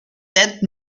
that